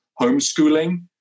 homeschooling